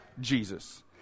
Jesus